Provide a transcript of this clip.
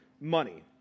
money